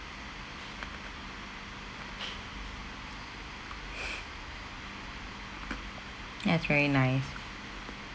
that's very nice